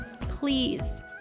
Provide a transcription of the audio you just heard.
Please